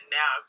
now